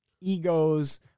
egos